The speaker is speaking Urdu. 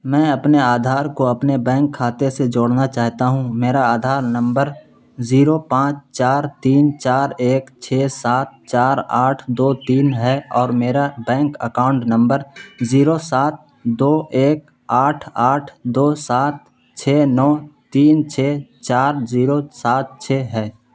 میں اپنے آدھار کو اپنے بینک کھاتے سے جوڑنا چاہتا ہوں میرا آدھار نمبر زیرو پانچ چار تین چار ایک چھ سات چار آٹھ دو تین ہے اور میرا بینک اکاؤنٹ نمبر زیرو سات دو ایک آٹھ آٹھ دو سات چھ نو تین چھ چار زیرو سات چھ ہے